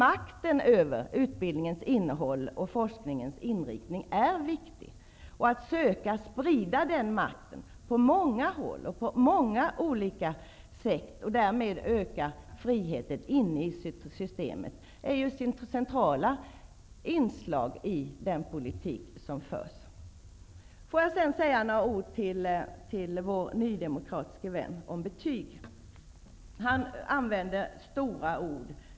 Makten över utbildningens innehåll och forskningens inriktning är viktig. Att söka sprida den makten på många håll och på många olika sätt och därmed öka friheten inne i systemet är centrala inslag i den politik som förs. Jag vill sedan säga några ord till vår nydemokratiske vän om betyg. Stefan Kihlberg använder starka ord.